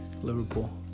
Liverpool